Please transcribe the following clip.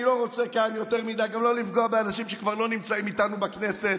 אני לא רוצה לפגוע באנשים שכבר לא נמצאים איתנו בכנסת,